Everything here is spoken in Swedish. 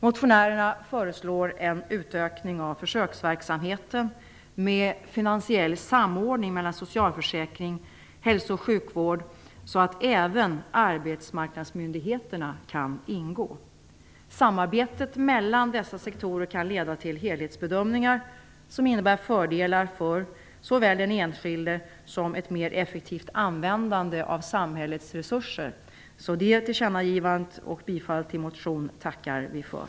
Motionärerna föreslår en utökning av försöksverksamheten med en finansiell samordning mellan socialförsäkring och hälso och sjukvård så att även arbetsmarknadsmyndigheterna kan ingå. Samarbetet mellan dessa sektorer kan leda till helhetsbedömningar som innebär såväl fördelar för den enskilde som ett mer effektivt användande av samhällets resurser. Det tillkännagivandet och tillstyrkandet av motionen tackar vi för.